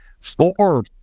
four